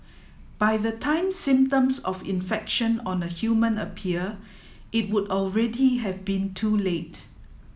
by the time symptoms of infection on a human appear it would already have been too late